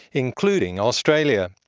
including australia,